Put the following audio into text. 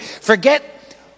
Forget